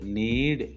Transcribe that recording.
need